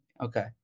Okay